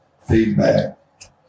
feedback